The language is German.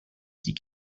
sie